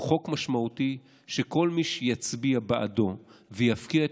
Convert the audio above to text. הוא חוק משמעותי שכל מי שיצביע בעדו ויפקיע את